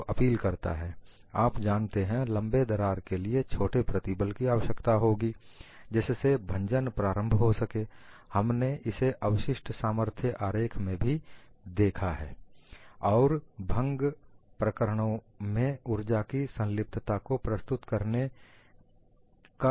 को प्रस्तुत करने का नया प्रारूप है